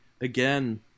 again